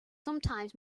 sometimes